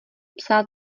psal